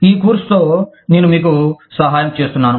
ఈ కోర్సుతో నేను మీకు సహాయం చేస్తున్నాను